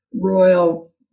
Royal